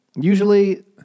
Usually